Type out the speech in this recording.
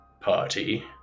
party